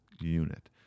unit